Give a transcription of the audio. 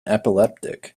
epileptic